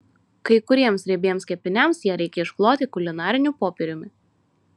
kai kuriems riebiems kepiniams ją reikia iškloti kulinariniu popieriumi